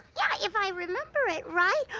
yeah, if i remember it right,